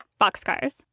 Boxcars